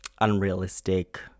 unrealistic